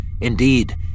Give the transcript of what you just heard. Indeed